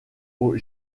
aux